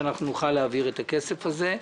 שאנחנו נוכל להעביר את הכסף הזה,